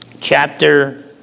chapter